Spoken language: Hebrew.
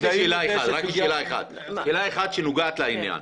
שאלה אחת שנוגעת לעניין: